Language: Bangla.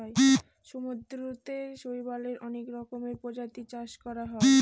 সমুদ্রতে শৈবালের অনেক রকমের প্রজাতির চাষ করা হয়